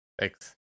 Thanks